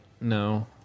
No